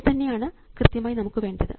ഇതുതന്നെയാണ് കൃത്യമായി നമുക്ക് വേണ്ടത്